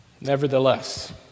Nevertheless